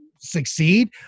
succeed